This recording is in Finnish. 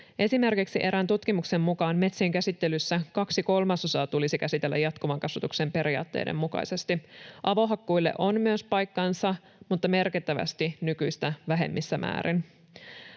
Esimerkiksi erään tutkimuksen mukaan metsien käsittelyssä kaksi kolmasosaa tulisi käsitellä jatkuvan kasvatuksen periaatteiden mukaisesti. Myös avohakkuille on paikkansa mutta merkittävästi nykyistä vähemmissä määrin.